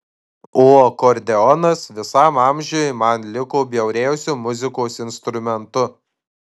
o akordeonas visam amžiui man liko bjauriausiu muzikos instrumentu